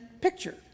picture